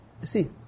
See